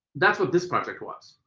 that's what this project was.